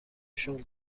شغل